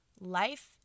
life